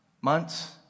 months